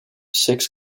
six